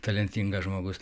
talentingas žmogus